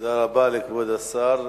תודה רבה לכבוד השר.